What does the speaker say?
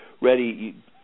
ready